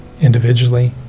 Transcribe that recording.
individually